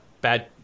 bad